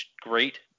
great